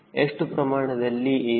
ಎಷ್ಟು ಪ್ರಮಾಣದಲ್ಲಿ a